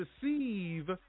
deceive